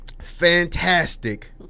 fantastic